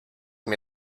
mir